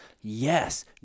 Yes